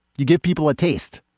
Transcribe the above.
you give people a taste,